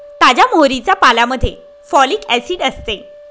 ताज्या मोहरीच्या पाल्यामध्ये फॉलिक ऍसिड असते